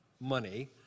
money